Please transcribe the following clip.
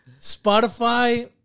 Spotify